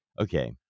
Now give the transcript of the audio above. okay